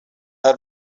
i’ve